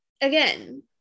again